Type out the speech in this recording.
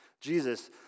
Jesus